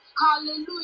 Hallelujah